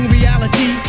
reality